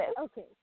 Okay